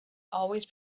always